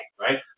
right